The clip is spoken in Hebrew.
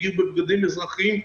הגיעו בבגדים אזרחיים.